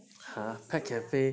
!huh! pet cafe